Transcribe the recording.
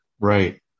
right